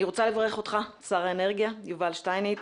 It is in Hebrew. אני רוצה לברך אותך שר האנרגיה יובל שטייניץ